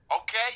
okay